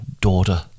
daughter